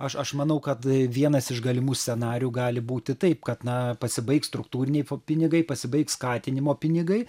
aš aš manau kad vienas iš galimų scenarijų gali būti taip kad na pasibaigs struktūriniai pinigai pasibaigs skatinimo pinigai